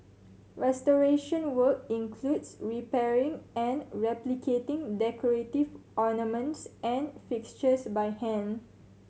restoration work includes repairing and replicating decorative ornaments and fixtures by hand